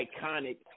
iconic